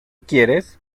quieres